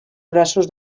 braços